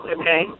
okay